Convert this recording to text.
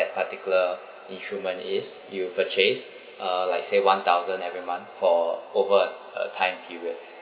that particular instrument is you purchase uh like say one thousand every month for over uh a time period